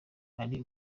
ari